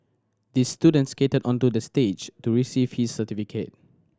the student skated onto the stage to receive his certificate